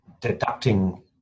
deducting